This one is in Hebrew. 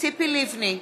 ציפי לבני,